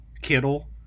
Kittle